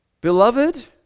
Beloved